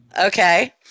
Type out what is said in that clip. Okay